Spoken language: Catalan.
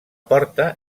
porta